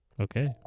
Okay